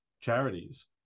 charities